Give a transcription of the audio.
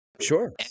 Sure